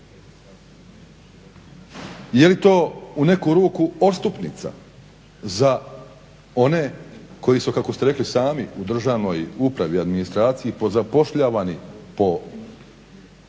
Je li to u neku ruku odstupnica za one koji su kako ste rekli sami u državnoj upravi, administraciji zapošljavani po političkoj